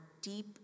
deep